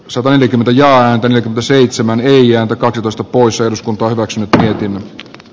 sataneljäkymmentä jaantony by seitsemän eija takatetusta puissa eduskunta hyväksynyt himot n